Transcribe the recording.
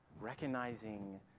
Recognizing